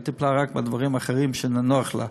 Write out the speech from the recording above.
היא טיפלה רק בדברים אחרים שנוחים לה,